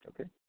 Okay